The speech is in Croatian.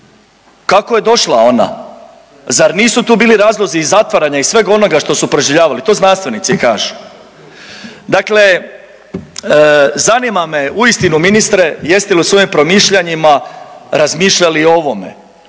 Kako je došla ona? Zar nisu tu bili razlozi i zatvaranja i svega onoga što su proživljavali to znanstvenici kažu. Dakle, zanima me uistinu ministre jeste li u svojim promišljanjima razmišljali i o ovome.